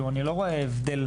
אני לא רואה הבדל.